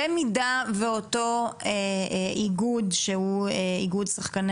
במידה ואותו איגוד שהוא איגוד שחקני